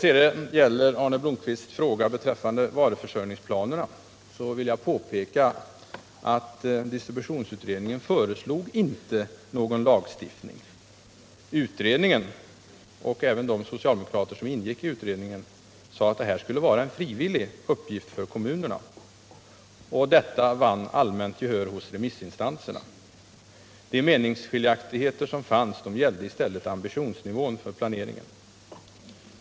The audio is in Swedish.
Vad gäller Arne Blomkvists fråga beträffande varuförsörjningsplanerna vill jag påpeka att distributionsutredningen inte föreslog någon lagstiftning i det hänseendet. Utredningen, alltså även de socialdemokrater som ingick i den, sade att detta skulle vara en frivillig uppgift för kommunerna, och det vann allmänt gehör hos remissinstanserna. De meningsskiljaktigheter som fanns gällde enbart ambitionsnivån för planeringen.